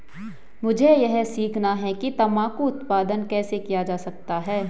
मुझे यह सीखना है कि तंबाकू उत्पादन कैसे किया जा सकता है?